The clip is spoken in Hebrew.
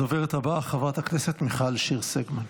הדוברת הבאה, חברת הכנסת מיכל שיר סגמן.